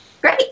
Great